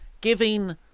giving